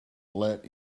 let